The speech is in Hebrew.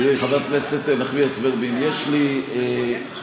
תראי, חברת הכנסת נחמיאס ורבין, יש לי הצעה.